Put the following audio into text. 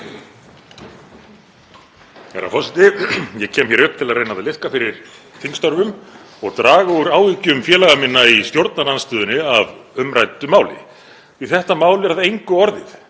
Herra forseti. Ég kem hér upp til að reyna að liðka fyrir þingstörfum og draga úr áhyggjum félaga minna í stjórnarandstöðunni af umræddu máli því að þetta mál er að engu orðið,